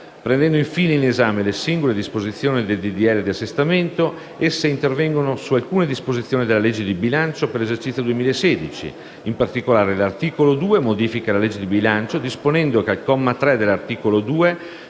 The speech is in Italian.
Prendendo infine in esame le singole disposizioni del disegno di legge di assestamento, esse intervengono su alcune disposizioni della legge di bilancio per l'esercizio 2016. In particolare, l'articolo 2 modifica la legge di bilancio disponendo che, al comma 3 dell'articolo 2,